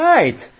Right